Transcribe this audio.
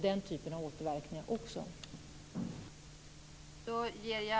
Den typen av återverkningar måste det också bli.